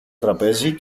τραπέζι